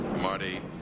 Marty